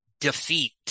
defeat